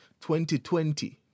2020